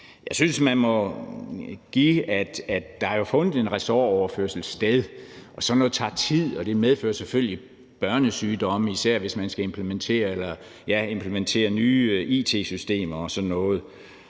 Jeg synes, man må medgive, at der har fundet en ressortoverførsel sted, og sådan noget tager tid, og det medfører selvfølgelig børnesygdomme, især hvis man skal implementere nye it-systemer og sådan noget.